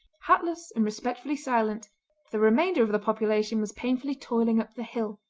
hatless and respectfully silent the remainder of the population was painfully toiling up the hill.